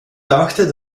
dachte